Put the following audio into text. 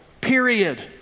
period